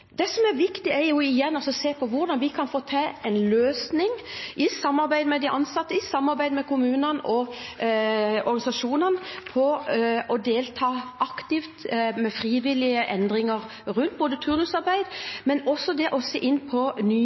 Det som er viktig, er jo igjen å se på hvordan vi kan få til en løsning i samarbeid med de ansatte og i samarbeid med kommunene og organisasjonene for å delta aktivt med frivillige endringer knyttet til både turnusarbeid og det å se på nye yrkesgrupper som kan komme inn